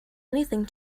anything